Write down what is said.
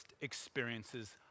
experiences